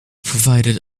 provided